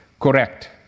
correct